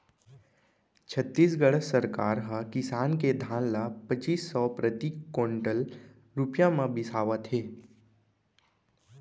छत्तीसगढ़ सरकार ह किसान के धान ल पचीस सव प्रति कोंटल रूपिया म बिसावत हे